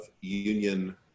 union